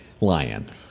lion